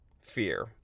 fear